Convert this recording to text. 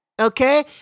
Okay